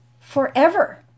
forever